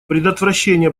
предотвращение